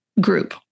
group